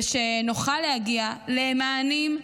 ושנוכל להגיע למענים,